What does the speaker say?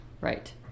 Right